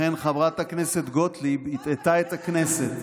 ולכן חברת הכנסת גוטליב הטעתה את הכנסת.